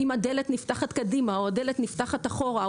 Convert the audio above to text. אם הדלת נפתחת קדימה או הדלת נפתחת אחורה,